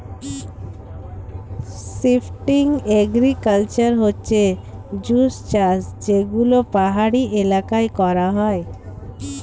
shifting agriculture হচ্ছে জুম চাষ যেগুলো পাহাড়ি এলাকায় করা হয়